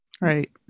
Right